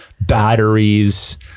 batteries